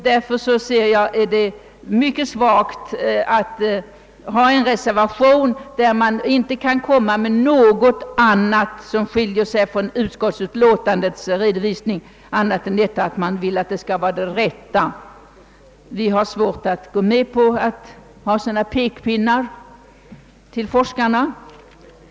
Därför finner jag det mycket svagt att man avgivit en reservation som inte på något sätt skiljer sig från utskottsutlåtandet — det står som sagt endast att åt insatserna skall ges den rätta målsättningen. Vi inom utskottsmajoriteten har svårt att hålla fram några sådana pekpinnar för forskarna.